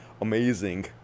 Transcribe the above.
amazing